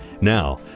Now